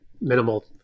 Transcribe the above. minimal